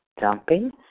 dumping